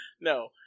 No